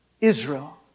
Israel